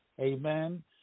Amen